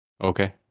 Okay